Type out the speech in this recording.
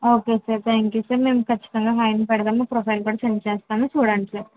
okay sir thank you sir నేను ఖచ్చితంగా hi అని పెడతాను ప్రొఫైల్ కూడా సెండ్ చేస్తాను చూడండి సార్